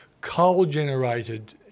coal-generated